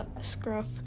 scruff